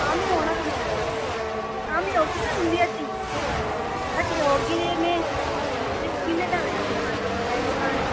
हां में औना तुं'दे हां में औगी ना तुं'दी हट्टी हट्टी औगी ते दिक्खगी में नमें नमें रबाजै दे गैह्ने बनाने